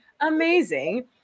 amazing